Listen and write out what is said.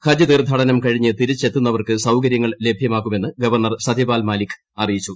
ഹജ്ജ്തീർത്ഥാടനം കഴിഞ്ഞ് തിരിച്ചെത്തുന്നവർക്ക് സൌകര്യങ്ങൾ ലഭ്യമാക്കുമെന്ന് ഗവർണർ സത്യപാൽമാലിക് അറിയിച്ചു